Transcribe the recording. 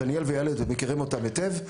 דניאל ויעל מכירים אותם היטב,